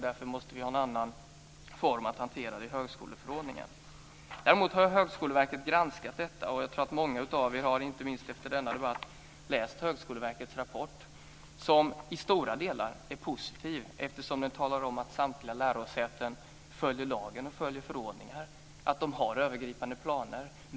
Därför måste vi ha en annan form att hantera det i högskoleförordningen. Högskoleverket har granskat detta. Många av er har, inte minst efter denna debatt, läst Högskoleverkets rapport som i stora delar är positiv eftersom den talar om att samtliga lärosäten följer lagen och följer förordningar, och har övergripande planer.